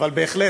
אבל בהחלט,